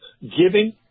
giving